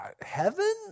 Heaven